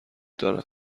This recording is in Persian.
دارد